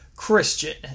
Christian